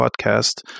podcast